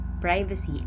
privacy